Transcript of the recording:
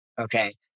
Okay